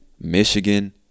Michigan